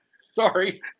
Sorry